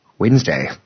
Wednesday